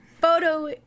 photo